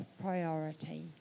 priority